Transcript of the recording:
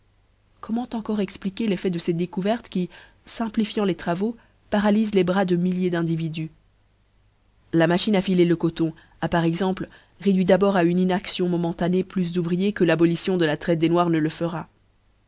comment encore expliquer l'effet de ces découvertes qui fimpliifiant les travaux paralysent les bras de milliers d'individus la machine à filer le coton a par exemple réduit d'abord à une inaâion momentanée plus d'ouvriers que l'abolition de la traite des noirs ne le fera